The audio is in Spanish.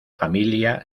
familia